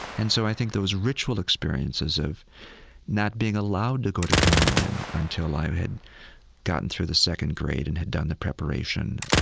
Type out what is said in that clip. and so i think those ritual experiences of not being allowed to go to communion until i had gotten through the second grade and had done the preparation.